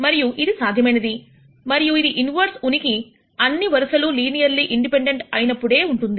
మరియు ఇది సాధ్యమైనది మరియు ఇది ఇన్వర్స్ ఉనికి అన్ని వరుసలు లీనియర్లీ ఇండిపెండెంట్ అయినప్పుడే ఉంటుంది